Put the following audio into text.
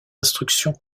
instructions